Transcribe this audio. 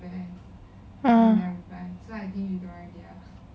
uh